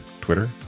twitter